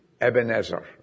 Ebenezer